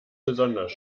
besonders